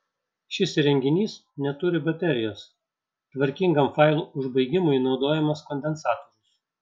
šis įrenginys neturi baterijos tvarkingam failų užbaigimui naudojamas kondensatorius